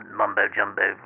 mumbo-jumbo